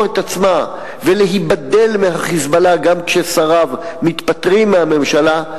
את עצמה ולהיבדל מ"חיזבאללה" גם כששריו מתפטרים מהממשלה,